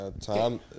Tom